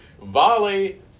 Volley